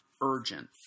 urgent